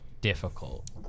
difficult